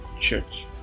church